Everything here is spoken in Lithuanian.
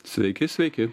sveiki sveiki